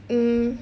mm